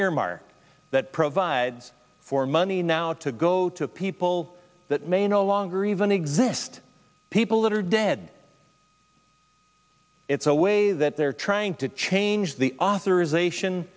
earmark that provides for money now to go to people that may no longer even exist people that are dead it's a way that they're trying to change the authorization